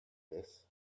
this